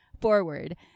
forward